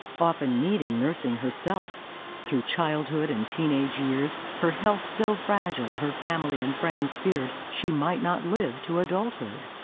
often needing nursing herself through childhood and teenage years, her health so fragile her family and friends feared she might not live to adulthood.